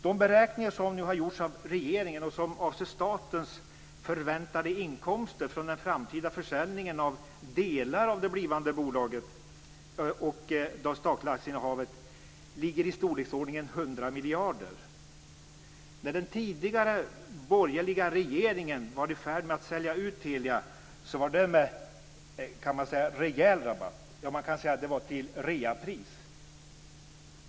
De beräkningar som nu har gjorts av regeringen och som avser statens förväntade inkomster från den framtida försäljningen av delar av det blivande bolaget och det statliga aktieinnehavet ligger på i storleksordningen 100 miljarder. När den tidigare borgerliga regeringen var i färd med att sälja ut Telia var det med rejäl rabatt. Man kan säga att det var till reapris.